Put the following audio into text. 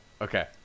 Okay